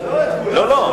לא,